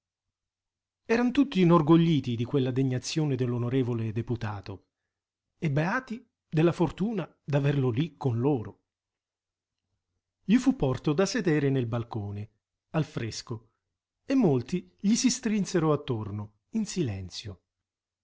eran tutti inorgogliti di quella degnazione dell'onorevole deputato e beati della fortuna d'averlo lì con loro gli fu porto da sedere nel balcone al fresco e molti gli si strinsero attorno in silenzio